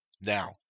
Now